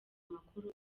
amakuru